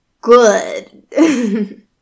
good